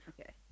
Okay